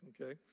okay